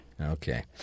Okay